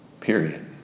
period